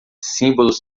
símbolos